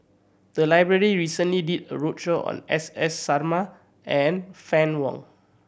the library recently did a roadshow on S S Sarma and Fann Wong